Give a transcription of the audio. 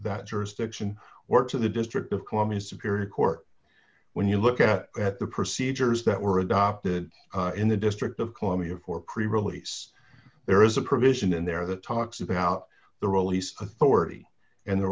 that jurisdiction were to the district of columbia superior court when you look at the procedures that were adopted in the district of columbia for cre release there is a provision in there that talks about the release authority and the